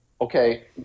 okay